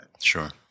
sure